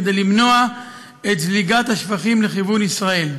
כדי למנוע את זליגת השפכים לכיוון ישראל,